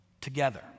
together